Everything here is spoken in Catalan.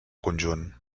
conjunt